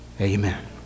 Amen